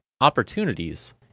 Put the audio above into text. opportunities